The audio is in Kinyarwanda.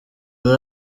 muri